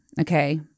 Okay